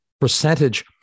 percentage